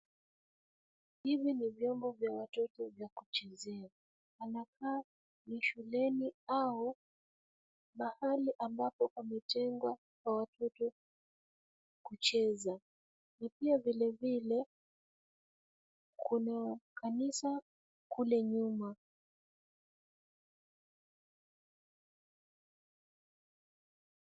Hivi ni vyombo vya watoto vya kuchezea. Panakaa ni shuleni au pahali ambapo pamejengwa kwa watoto kucheza na pia vilevile kuna kanisa kule nyuma.